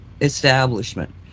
establishment